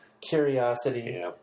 curiosity